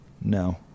No